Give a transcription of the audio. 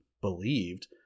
believed